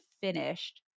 finished